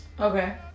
Okay